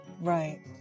Right